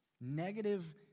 negative